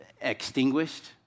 extinguished